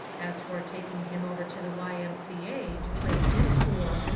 as for taking him over to the y m c a. to play pin pool,